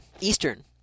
Eastern